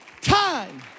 time